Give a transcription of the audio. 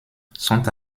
sont